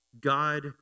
God